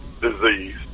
disease